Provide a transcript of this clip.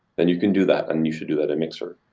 then you can do that and you should do that in mixer.